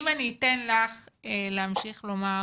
אם אני אתן לך להמשיך לומר,